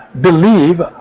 believe